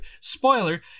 spoiler